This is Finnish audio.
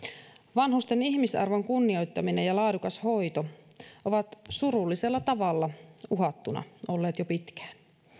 vanhusten ihmisarvon kunnioittaminen ja laadukas hoito ovat surullisella tavalla uhattuna olleet jo pitkään